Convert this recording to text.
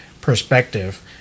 perspective